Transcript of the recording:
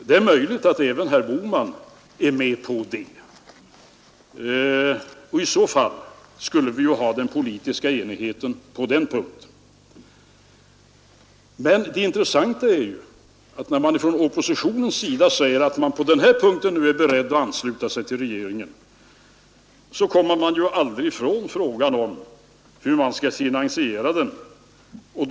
Det är möjligt att även herr Bohman är med på det, och i så fall skulle vi ju ha den politiska enigheten på den punkten. Men det intressanta är ju att när man från oppositionens sida säger att man på den här punkten nu är beredd att ansluta sig till regeringen, så kommer man aldrig ifrån frågan hur man skall finansiera skattesänkningen.